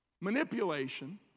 manipulation